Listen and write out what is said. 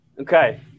Okay